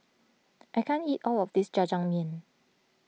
I can't eat all of this Jajangmyeon